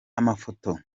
amafoto